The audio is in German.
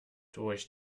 durch